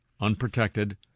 unprotected